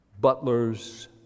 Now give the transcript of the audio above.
butlers